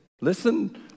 listen